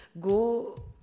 go